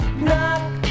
Knock